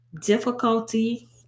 difficulty